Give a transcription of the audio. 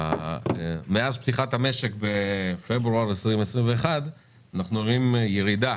מאז פתיחת המשק בפברואר 2021 אנחנו רואים ירידה